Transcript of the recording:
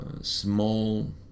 small